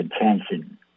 attention